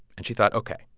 and she thought, ok.